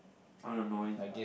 I don't know